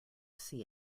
see